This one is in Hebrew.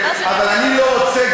אבל אני לא רוצה,